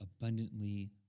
abundantly